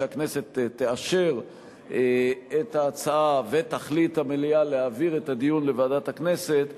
שהכנסת תאשר את ההצעה ותחליט המליאה להעביר את הדיון לוועדת הכנסת,